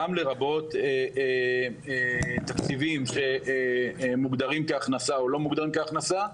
גם לרבות תקציבים שמוגדרים כהכנסה או לא מוגדרים כהכנסה,